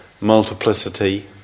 multiplicity